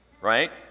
right